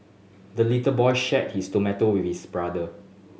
the little boy shared his tomato with his brother